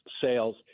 sales